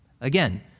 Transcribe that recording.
Again